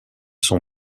son